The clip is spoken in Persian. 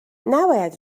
نباید